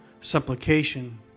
supplication